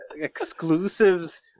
exclusives